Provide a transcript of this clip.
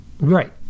Right